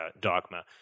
Dogma